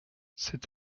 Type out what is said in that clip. c’est